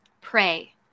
Pray